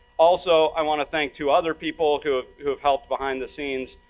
also, i want to thank two other people who ah who have helped behind the scenes.